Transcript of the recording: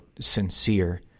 sincere